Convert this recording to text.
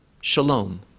shalom